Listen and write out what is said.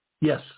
Yes